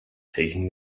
taking